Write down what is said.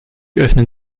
öffnen